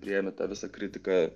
priėmi tą visą kritiką